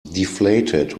deflated